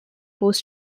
post